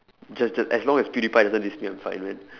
j~ just as long as pewdiepie doesn't diss me then I'm fine with it